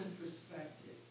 perspective